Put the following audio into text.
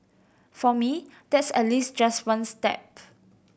for me that's at least just one step